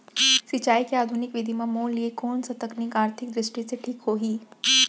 सिंचाई के आधुनिक विधि म मोर लिए कोन स तकनीक आर्थिक दृष्टि से ठीक होही?